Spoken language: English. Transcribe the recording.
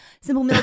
Simple